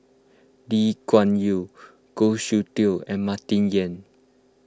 Lee Kuan Yew Goh Soon Tioe and Martin Yan